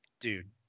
Dude